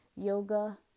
yoga